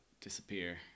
disappear